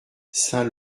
saint